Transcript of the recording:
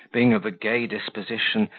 being of a gay disposition,